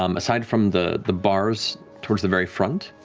um aside from the the bars towards the very front,